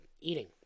eating